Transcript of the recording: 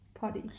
Potty